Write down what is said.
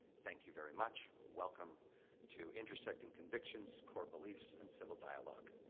thank you very much. welcome to intersecting convictions core beliefs and civil dialogue.